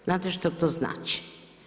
Znate što to znači?